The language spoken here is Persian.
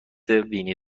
وینی